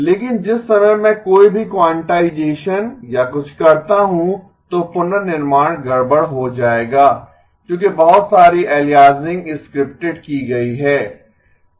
लेकिन जिस समय मैं कोई भी क्वांटाइजेसन या कुछ करता हूं तो पुनर्निर्माण गड़बड़ हो जाएगा क्योंकि बहुत सारी एलियासिंग स्क्रिप्टेड की गयी है